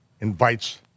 invites